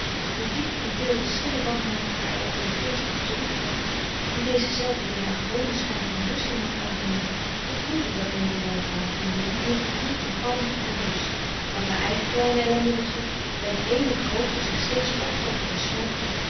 hoe diep mathilde's stille wanhoop haar ook in het eerst bedroefd had nu deze zelve weer haar gewonen schijn van berusting had aangenomen vervloeide dat medelijden voor haar vriendin in een gevoel van kalmte en rust wat haar eigen kleine ellenden betrof bij die eene groote zich steeds opkroppende smart